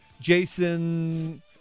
Jason